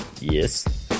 Yes